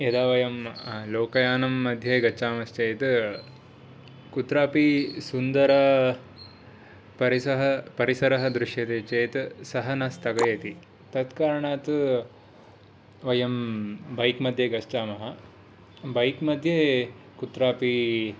यदा वयं लोकयानं मध्ये गच्छामश्चेत् कुत्रापि सुन्दरपरिसः परिसरः दृश्यते चेत् सः न स्थगयति तत् करणात् वयं बैक् मध्ये गच्छामः बैक् मध्ये कुत्रापि